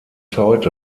heute